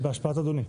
זה בהשפעת אדוני.